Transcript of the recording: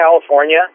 California